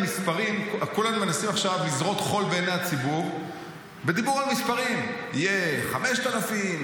כולם מנסים עכשיו לזרות חול בעיני הציבור בדיבור על מספרים: יהיו 5,000,